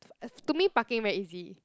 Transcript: to me parking very easy